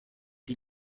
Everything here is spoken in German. die